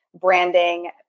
branding